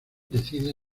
decide